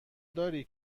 داری